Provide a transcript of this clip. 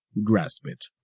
grasp it,